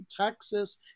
Texas